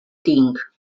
tinc